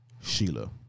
Sheila